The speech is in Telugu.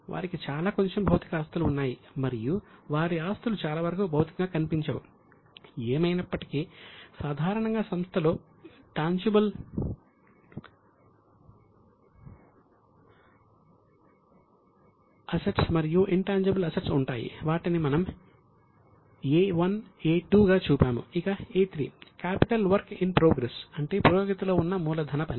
వారికి చాలా కొంచెం భౌతిక ఆస్తులు ఉన్నాయి మరియు వారి ఆస్తులు చాలావరకు భౌతికంగా కనిపించవు ఏమైనప్పటికీ సాధారణంగా సంస్థలో టాన్జిబుల్ అసెట్స్ మరియు ఇన్ టాన్జిబుల్ అసెట్స్ ఉంటాయి వాటిని మనం 'a అంటే పురోగతిలో ఉన్న మూలధన పని